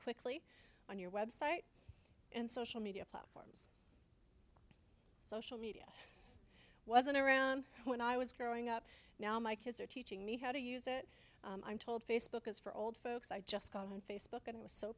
quickly on your website and social media platforms social media wasn't around when i was growing up now my kids are teaching me how to use it i'm told facebook is for old folks i just got on facebook and it was so